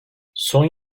son